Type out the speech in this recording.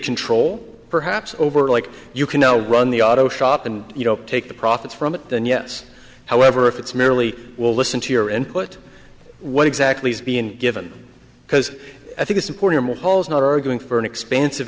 control perhaps over like you can now run the auto shop and you know take the profits from it then yes however if it's merely will listen to your input what exactly is being given because i think it's important hall's not arguing for an expansive